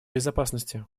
безопасности